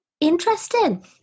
Interesting